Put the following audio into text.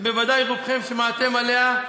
שבוודאי רובכם שמעתם עליה,